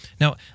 Now